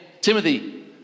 timothy